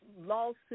lawsuit